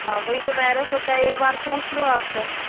हाँ वही तो मैंने सोचा एक बार पूछ लूं आपसे